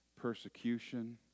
persecution